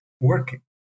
working